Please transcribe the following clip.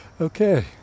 Okay